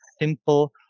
simple